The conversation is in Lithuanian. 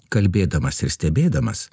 kalbėdamas ir stebėdamas